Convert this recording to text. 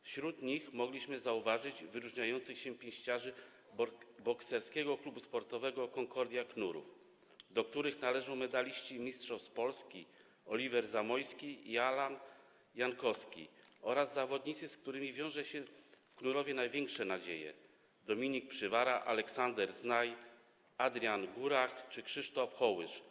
Wśród nich mogliśmy zauważyć wyróżniających się pięściarzy Bokserskiego Klubu Sportowego Concordia Knurów, do którego należą medaliści mistrzostw Polski: Oliwier Zamojski i Alan Jankowski, oraz zawodnicy, z którymi wiąże się w Knurowie największe nadzieje: Dominik Przywara, Aleksander Znaj, Adrian Gurak czy Krzysztof Hołysz.